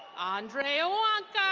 andre owanka.